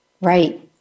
Right